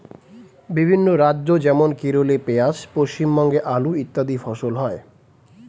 বিভিন্ন রাজ্য যেমন কেরলে পেঁয়াজ, পশ্চিমবঙ্গে আলু ইত্যাদি ফসল হয়